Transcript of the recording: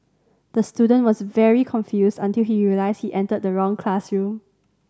the student was very confused until he realised he entered the wrong classroom